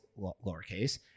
lowercase